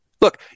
Look